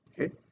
okay